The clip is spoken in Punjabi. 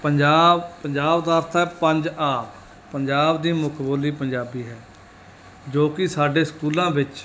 ਪੰਜਾਬ ਪੰਜਾਬ ਦਾ ਅਰਥ ਹੈ ਪੰਜ ਆਬ ਪੰਜਾਬ ਦੀ ਮੁੱਖ ਬੋਲੀ ਪੰਜਾਬੀ ਹੈ ਜੋ ਕਿ ਸਾਡੇ ਸਕੂਲਾਂ ਵਿੱਚ